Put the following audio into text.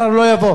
תודה, אדוני.